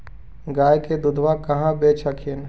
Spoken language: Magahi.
गया के दूधबा कहाँ बेच हखिन?